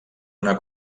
una